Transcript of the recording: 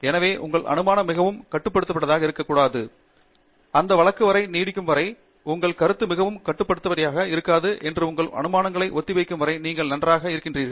எனவே உங்கள் அனுமானம் மிகவும் கட்டுப்படுத்தப்பட்டதாக இருக்கக்கூடாது அந்த வழக்கு வரை நீடிக்கும் வரை உங்கள் கருத்துகள் மிகவும் கட்டுப்படுத்தப்பட்டவையாக இருக்காது மற்றும் உங்கள் முடிவுகள் ஊகங்களை ஒத்திருக்கும் வரை நீங்கள் நன்றாக இருக்கின்றீர்கள்